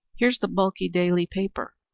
here's the bulky daily paper.